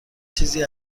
چیزی